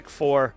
four